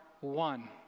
one